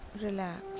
relax